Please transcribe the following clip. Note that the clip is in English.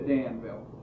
Danville